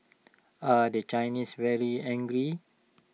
are the Chinese very angry